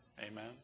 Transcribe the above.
Amen